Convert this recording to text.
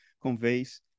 conveys